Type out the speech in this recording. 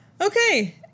Okay